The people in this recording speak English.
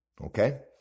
Okay